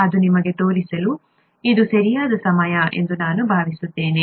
ಅದನ್ನು ನಿಮಗೆ ತೋರಿಸಲು ಇದು ಸರಿಯಾದ ಸಮಯ ಎಂದು ನಾನು ಭಾವಿಸುತ್ತೇನೆ